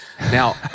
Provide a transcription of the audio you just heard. Now